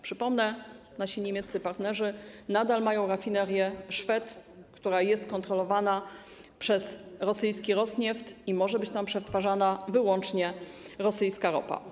Przypomnę, że nasi niemieccy partnerzy nadal mają rafinerię w Schwedt, która jest kontrolowana przez rosyjski Rosnieft i w której może być przetwarzana wyłącznie rosyjska ropa.